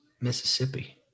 Mississippi